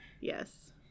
Yes